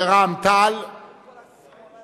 לפני סעיף 1. מי בעד ההסתייגות?